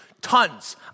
Tons